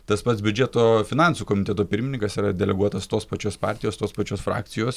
tas pats biudžeto finansų komiteto pirmininkas yra deleguotas tos pačios partijos tos pačios frakcijos